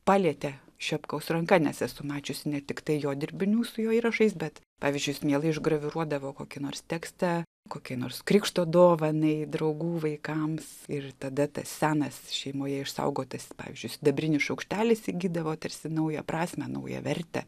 palietė šepkaus ranka nes esu mačiusi ne tiktai jo dirbinių su jo įrašais bet pavyzdžiui jis mielai išgraviruodavo kokį nors tekstą kokiai nors krikšto dovanai draugų vaikams ir tada tas senas šeimoje išsaugotas pavyzdžiui sidabrinis šaukštelis įgydavo tarsi naują prasmę naują vertę